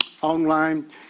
online